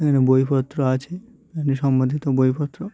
এখানে বইপত্র আছে এখানে সম্বধিত বইপত্র